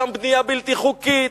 שם בנייה בלתי חוקית,